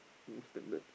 no standard